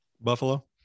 Buffalo